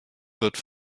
wird